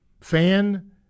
fan